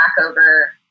over